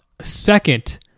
Second